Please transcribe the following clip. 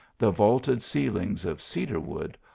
the vaulted ceilings of cedar wood,